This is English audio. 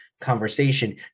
conversation